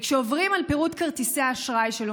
כשעוברים על פירוט כרטיסי האשראי שלו